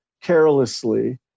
carelessly